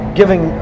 giving